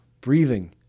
Breathing